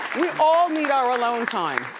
we all need our alone time.